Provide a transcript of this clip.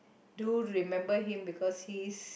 do remember him because he is